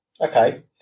Okay